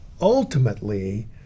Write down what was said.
ultimately